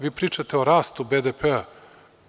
Vi pričate o rastu BDP-a.